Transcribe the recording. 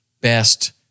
best